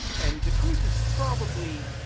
and the truth is probably.